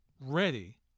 ready